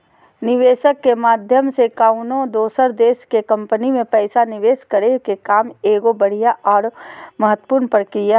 निवेशक के माध्यम से कउनो दोसर देश के कम्पनी मे पैसा निवेश करे के काम एगो बढ़िया आरो महत्वपूर्ण प्रक्रिया हय